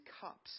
cups